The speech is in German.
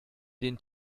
den